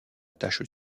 tâche